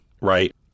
right